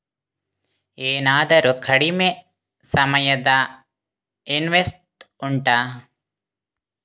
ಏನಾದರೂ ಕಡಿಮೆ ಸಮಯದ ಇನ್ವೆಸ್ಟ್ ಉಂಟಾ